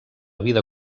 vida